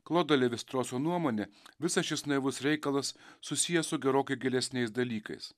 klodo levi stroso nuomone visas šis naivus reikalas susijęs su gerokai gilesniais dalykais